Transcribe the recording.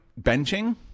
benching